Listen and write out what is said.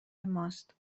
ماست